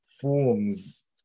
forms